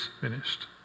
finished